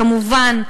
כמובן,